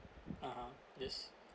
ah ha yes